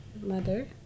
mother